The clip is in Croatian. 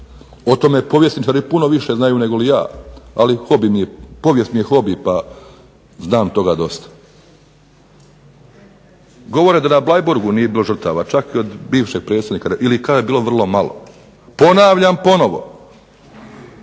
O tome povjesničari puno više znaju negoli ja. Ali povijest mi je hobi pa znam toga dosta. Govore da na Bleiburgu nije bilo žrtava čak i od bivšeg predsjednika ili kaže da je bilo vrlo malo. Ponavljam ponovo